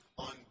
on